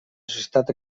societat